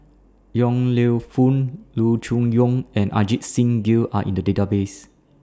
Yong Lew Foong Loo Choon Yong and Ajit Singh Gill Are in The Database